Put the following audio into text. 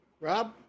Rob